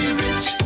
rich